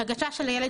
הרגשה של הילד,